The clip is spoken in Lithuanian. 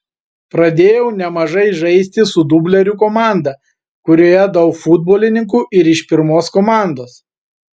pradėjau nemažai žaisti su dublerių komanda kurioje daug futbolininkų ir iš pirmos komandos